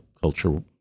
culture